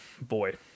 boy